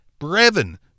brevin